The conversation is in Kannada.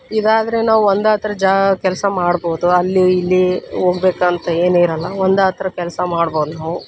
ಇದಾದರೆ ನಾವು ಒಂದಾತ್ರ ಜಾ ಕೆಲಸ ಮಾಡ್ಬೋದು ಅಲ್ಲಿ ಇಲ್ಲಿ ಹೋಗ್ಬೇಕಂತ ಏನಿರೋಲ್ಲ ಒಂದಾತ್ರ ಕೆಲಸ ಮಾಡ್ಬೋದು ನಾವು